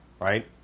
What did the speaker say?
Right